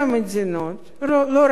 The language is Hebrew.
לא רק מחבר המדינות,